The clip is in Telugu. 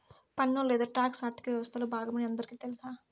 పన్ను లేదా టాక్స్ ఆర్థిక వ్యవస్తలో బాగమని అందరికీ తెల్స